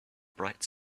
bright